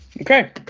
Okay